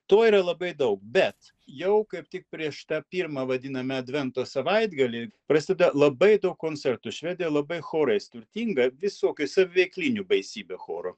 to yra labai daug bet jau kaip tik prieš tą pirmą vadiname advento savaitgalį prasideda labai daug koncertų švedija labai chorais turtinga visokie saviveiklinių baisybė chorų